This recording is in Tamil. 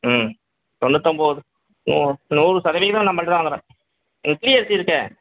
ம் தொண்ணுத்தொம்பது நூ நூறு சதவீதம் நம்மள்கிட்ட தான் வாங்குகிறாங்க இட்லி அரிசி இருக்கே